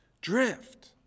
drift